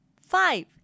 five